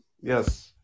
Yes